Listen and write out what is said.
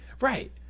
Right